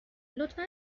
لطفا